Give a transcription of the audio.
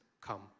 come